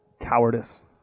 cowardice